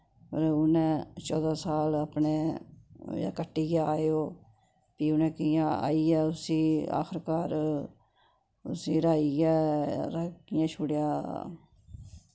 पर उनें चौदह् साल अपने कट्टियै आये ओह् फ्ही उनें कियां आइयै उस्सी आखिरकार उस्सी हराइये कियां छुड़ेया